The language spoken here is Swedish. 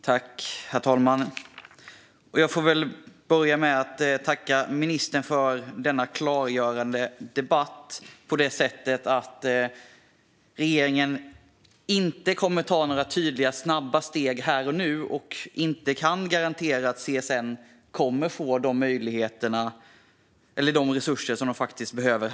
Herr talman! Jag tackar ministern för en klargörande debatt. Regeringen kommer alltså inte här och nu att ta några tydliga och snabba steg och kan inte garantera att CSN får de resurser som de behöver.